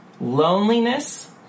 Loneliness